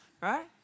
right